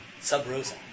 sub-Rosa